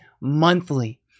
monthly